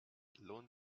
lohnt